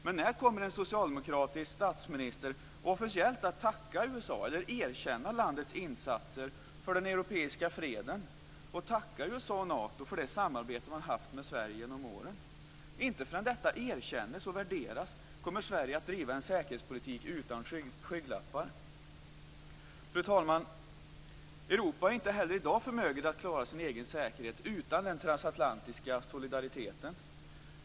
Men när kommer en socialdemokratisk statsminister officiellt att tacka USA eller erkänna landets insatser för den europeiska freden och tacka USA och Nato för det samarbete man haft med Sverige genom åren? Inte förrän detta erkänns och värderas kommer Sverige att driva en säkerhetspolitik utan skygglappar. Fru talman! Europa är inte heller i dag förmöget att klara sin egen säkerhet utan den transatlantiska solidariteten.